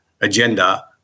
agenda